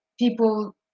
People